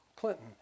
Clinton